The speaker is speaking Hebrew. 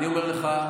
אני אומר לך,